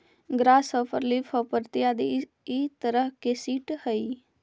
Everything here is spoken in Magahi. ग्रास हॉपर लीफहॉपर इत्यादि इ तरह के सीट हइ